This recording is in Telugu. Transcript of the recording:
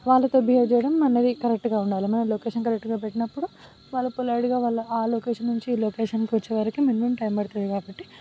వాళ్ళతో బిహేవ్ చేయడం మనది కరెక్ట్గా ఉండాలి మన లొకేషన్ కరెక్ట్గా పెట్టినప్పుడు వాళ్ళు పొలైట్గా వాళ్ళు ఆ లొకేషన్ నుంచి ఈ లొకేషన్కి వచ్చేవరకు మినిమం టైం పడుతుంది కాబట్టి